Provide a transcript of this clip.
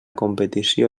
competició